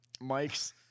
Mike's